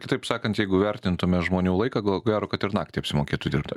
kitaip sakant jeigu vertintume žmonių laiką ko gero kad ir naktį apsimokėtų dirbti